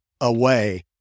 away